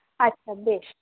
আচ্ছা বেশ